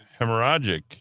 hemorrhagic